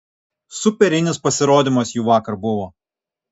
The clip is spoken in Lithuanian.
superinis pasirodymas jų vakar buvo